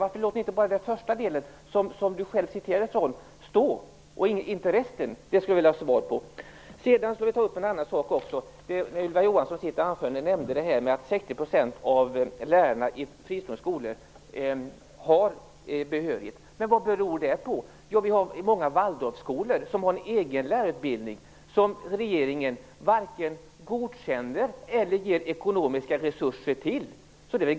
Varför låter ni inte enbart den första delen som Ylva Johansson själv citerade stå, utan även resten? Det skulle jag vilja ha svar på. Jag skall också ta upp en annan sak. Ylva Johansson nämnde i sitt anförande att 60 % av lärarna i fristående skolor har behörighet. Vad beror det på? I många Walldorfskolor har man en egen lärarutbildning som regeringen varken godkänner eller ger ekonomiska resurser till.